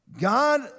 God